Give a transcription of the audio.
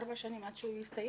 ארבע שנים עד שהוא הסתיים,